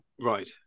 Right